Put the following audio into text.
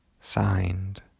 Signed